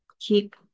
keep